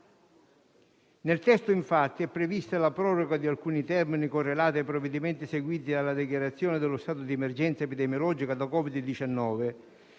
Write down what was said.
Nel testo, infatti, è prevista la proroga di alcuni termini correlati ai provvedimenti seguiti alla dichiarazione dello stato di emergenza epidemiologica da Covid-19